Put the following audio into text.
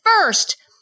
first